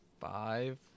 Five